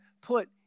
put